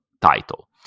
title